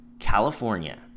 California